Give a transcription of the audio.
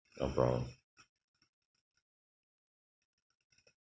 no problem